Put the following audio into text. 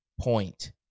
point